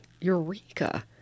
eureka